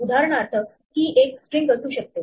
उदाहरणार्थ key एक string असू शकते